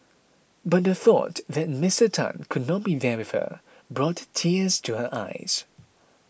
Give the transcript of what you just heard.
but the thought that Mister Tan could not be there with her brought tears to her eyes